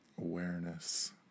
awareness